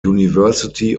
university